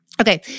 Okay